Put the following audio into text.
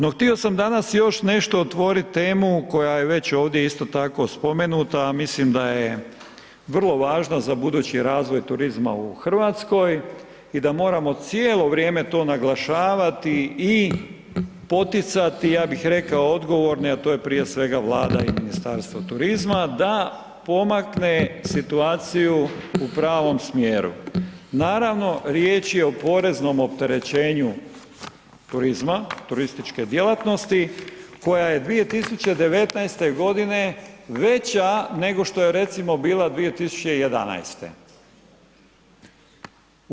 No htio sam danas još nešto otvorit temu koja je već isto tako ovdje spomenuta, a mislim da je vrlo važna za budući razvoj turizma u Hrvatskoj i da moramo cijelo vrijeme to naglašavati i poticati, ja bih rekao odgovorne a to je prije svega Vlada i Ministarstvo turizma da pomakne situaciju u pravom smjeru, naravno riječ je o poreznom opterećenju turizma, turističke djelatnosti koja je 2019. godine veća nego što je recimo bila 2011.-te.